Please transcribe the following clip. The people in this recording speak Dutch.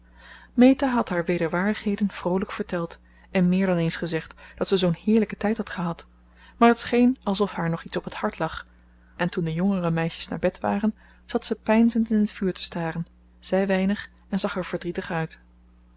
meta had haar wederwaardigheden vroolijk verteld en meer dan eens gezegd dat ze zoo'n heerlijken tijd had gehad maar het scheen alsof haar nog iets op het hart lag en toen de jongere meisjes naar bed waren zat ze peinzend in t vuur te staren zei weinig en zag er verdrietig uit